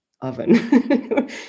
oven